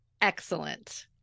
excellent